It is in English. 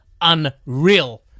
unreal